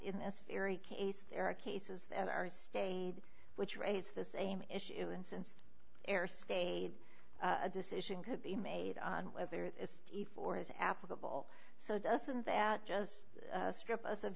in this very case there are cases that are stayed which raises the same issue and since air stayed a decision could be made on whether it's fifty four dollars is applicable so doesn't that just strip